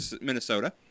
minnesota